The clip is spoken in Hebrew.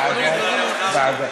לוועדת החוקה, חוק ומשפט נתקבלה.